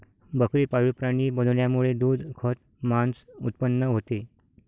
बकरी पाळीव प्राणी बनवण्यामुळे दूध, खत आणि मांस उत्पन्न होते